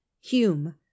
hume